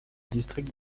district